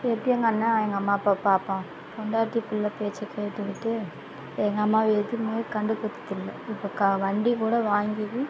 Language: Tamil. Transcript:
எப்படி எங்கள் அண்ணன் எங்கள் அம்மா அப்பாவை பார்ப்பான் பொண்டாட்டி பிள்ள பேச்சை கேட்டுகிட்டு எங்கள் அம்மாவை எதுவுமே கண்டுக்கிறது இல்லை இப்போ க வண்டி கூட வாங்கி